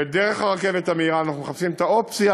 ודרך הרכבת המהירה אנחנו מחפשים את האופציה